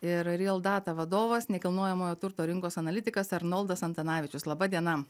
ir real data vadovas nekilnojamojo turto rinkos analitikas arnoldas antanavičius laba diena